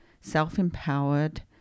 self-empowered